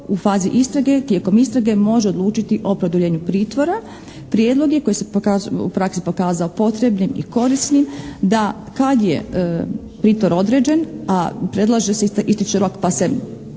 u fazi istrage, tijekom istrage može odlučiti o produljenju pritvora. Prijedlog je koji se u praksi pokazao potrebnim i korisnim da kad je pritvor određen, a predlaže se ističe rok pa se